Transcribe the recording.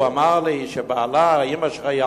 הוא אמר לי שאמא שלך